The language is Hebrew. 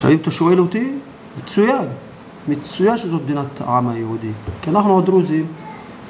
האם אתה שואל אותי? מצוין. מצוין שזאת מדינת העם היהודי, כי אנחנו הדרוזים